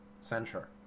censure